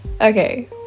okay